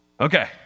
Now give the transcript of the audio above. Okay